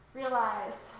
realize